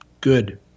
good